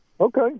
Okay